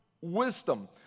wisdom